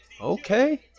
Okay